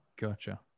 Gotcha